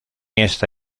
esta